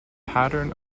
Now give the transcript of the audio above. pattern